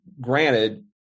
granted